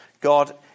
God